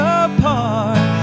apart